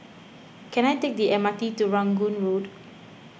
can I take the M R T to Rangoon Road